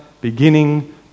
beginning